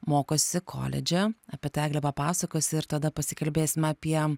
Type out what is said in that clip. mokosi koledže apie tai egle papasakosi ir tada pasikalbėsime apie